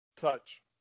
Touch